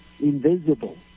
invisible